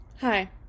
Hi